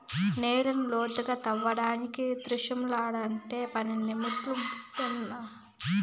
నేలను లోతుగా త్రవ్వేదానికి త్రిశూలంలాగుండే పని ముట్టు కొన్నాను